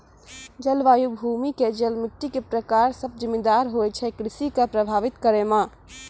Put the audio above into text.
जलवायु, भूमि के जल, मिट्टी के प्रकार सब जिम्मेदार होय छै कृषि कॅ प्रभावित करै मॅ